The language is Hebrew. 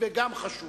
וגם חשוב.